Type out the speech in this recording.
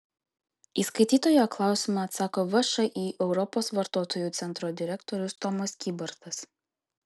į skaitytojo klausimą atsako všį europos vartotojų centro direktorius tomas kybartas